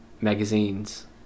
magazines